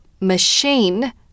Machine